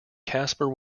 casper